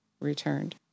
returned